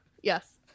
Yes